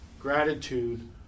Gratitude